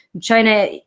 China